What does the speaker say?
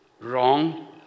wrong